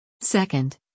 Second